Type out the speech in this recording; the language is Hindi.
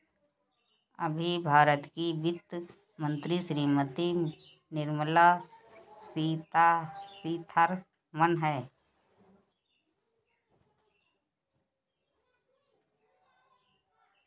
अभी भारत की वित्त मंत्री श्रीमती निर्मला सीथारमन हैं